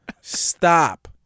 stop